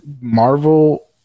Marvel